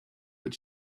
but